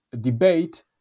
debate